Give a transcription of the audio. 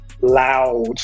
loud